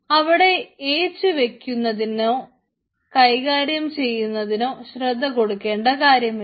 അവിടെ ഏച്ചു വയ്ക്കുന്നതിനോ കൈകാര്യം ചെയ്യുന്നതിനൊ ശ്രദ്ധ കൊടുക്കേണ്ട ആവശ്യമില്ല